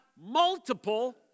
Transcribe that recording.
multiple